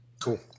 Cool